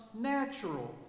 natural